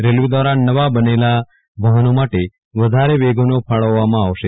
રેલ્વ દવારા નવા બનેલા વાહનો માટે વધારે વેગનો ફાળવવામાં આવશે